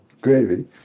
gravy